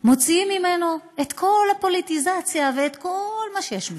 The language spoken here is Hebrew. ומוציאים ממנו את כל הפוליטיזציה ואת כל מה שיש מסביב,